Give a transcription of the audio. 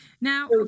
Now